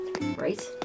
Right